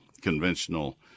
conventional